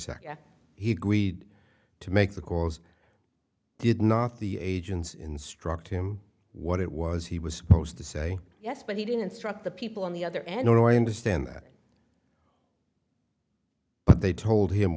second he agreed to make the calls did not the agents instruct him what it was he was supposed to say yes but he didn't struck the people on the other end oh i understand that they told him